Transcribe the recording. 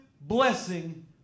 blessing